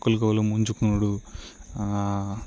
ఒకరికి ఒకరు ముంచుకోవడం